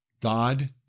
God